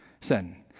Sin